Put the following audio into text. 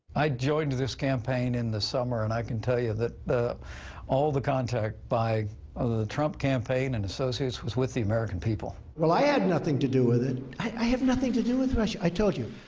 i joined this campaign in the summer, and i can tell you that all the contact by the trump campaign and associates was with the american people. well, i had nothing to do with it. i have nothing to do with russia. i told you,